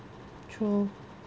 true